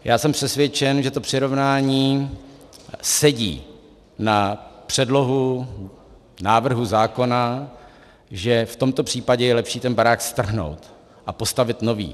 Já jsem přesvědčen, že to přirovnání sedí na předlohu návrhu zákona, že v tomto případě je lepší ten barák strhnout a postavit nový.